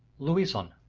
louison.